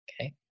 okay